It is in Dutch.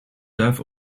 duif